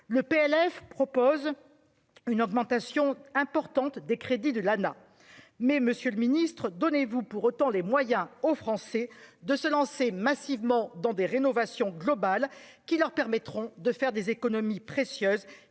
le PLF propose une augmentation importante des crédits de l'Lana mais Monsieur le Ministre donnez-vous pour autant les moyens aux Français de se lancer massivement dans des rénovations globales qui leur permettront de faire des économies précieuses,